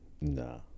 Nah